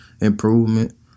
improvement